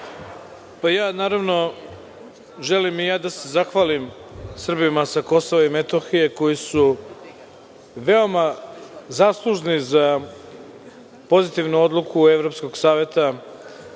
**Ivica Dačić** Želim i ja da se zahvalim Srbima sa Kosova i Metohije koji su veoma zaslužni za pozitivnu odluku Evropskog saveta